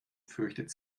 fürchtet